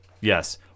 Yes